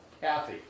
Kathy